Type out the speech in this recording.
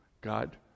God